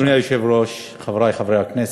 אדוני היושב-ראש, חברי חברי הכנסת,